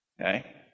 Okay